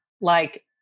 Like-